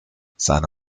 seine